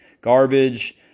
garbage